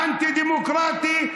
האנטי-דמוקרטי,